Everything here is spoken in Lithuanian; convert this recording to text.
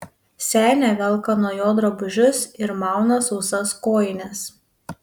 senė velka nuo jo drabužius ir mauna sausas kojines